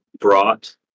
brought